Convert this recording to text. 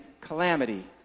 calamity